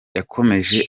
yakomeje